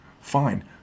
Fine